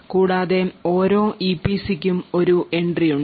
കൂടാതെ ഓരോ ഇപിസിക്കും ഒരു എൻട്രി ഉണ്ട്